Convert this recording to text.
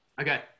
Okay